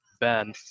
Ben